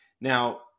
Now